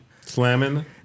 slamming